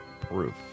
proof